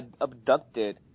abducted